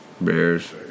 Bears